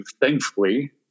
thankfully